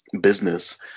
business